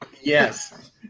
Yes